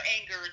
anger